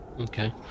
okay